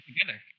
together